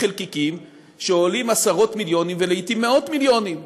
חלקיקים שעולים עשרות מיליונים ולעתים מאות מיליונים.